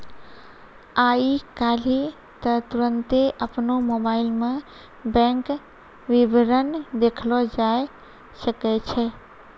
आइ काल्हि त तुरन्ते अपनो मोबाइलो मे बैंक विबरण देखलो जाय सकै छै